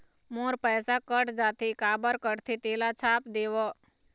मोर पैसा कट जाथे काबर कटथे तेला छाप देव?